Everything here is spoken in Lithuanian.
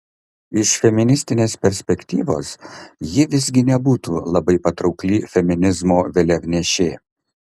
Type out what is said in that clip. iš feministinės perspektyvos ji visgi nebūtų labai patraukli feminizmo vėliavnešė